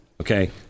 Okay